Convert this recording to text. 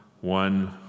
one